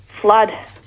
flood